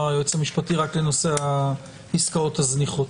היועץ המשפטי רק לנושא העסקאות הזניחות.